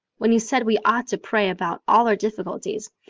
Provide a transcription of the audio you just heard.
when you said we ought to pray about all our difficulties.